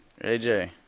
AJ